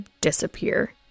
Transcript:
disappear